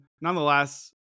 nonetheless